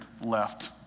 left